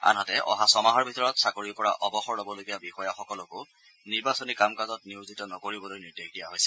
আনহাতে অহা ছমাহৰ ভিতৰত চাকৰিৰ পৰা অৱসৰ লবলগীয়া বিষয়াসকলকো নিৰ্বাচনী কাম কাজত নিয়োজিত নকৰিবলৈ নিৰ্দেশ দিয়া হৈছে